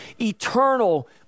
eternal